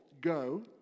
go